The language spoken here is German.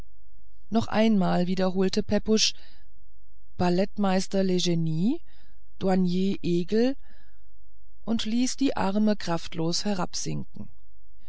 noch einmal wiederholte pepusch ballettmeister legnie douanier egel und ließ die arme kraftlos herabsinken